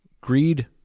greed